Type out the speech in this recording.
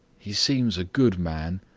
he seems a good man,